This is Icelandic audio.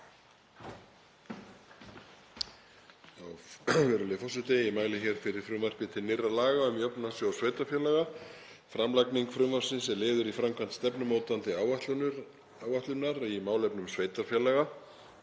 Virðulegi forseti. Ég mæli hér fyrir frumvarpi til nýrra laga um Jöfnunarsjóð sveitarfélaga. Framlagning frumvarpsins er liður í framkvæmd stefnumótandi áætlunar í málefnum sveitarfélaga,